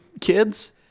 kids